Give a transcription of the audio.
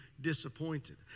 disappointed